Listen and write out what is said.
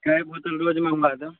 नहि दू तीन रोजमे हम आ जाएब